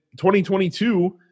2022